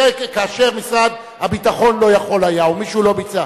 כאשר משרד הביטחון לא יכול היה או מישהו לא ביצע,